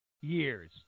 years